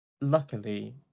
luckily